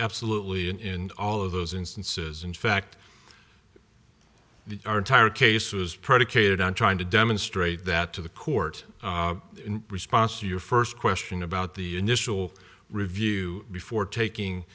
absolutely in all of those instances in fact the entire case was predicated on trying to demonstrate that to the court in response to your first question about the initial review before taking